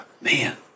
man